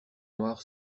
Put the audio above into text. noir